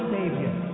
Savior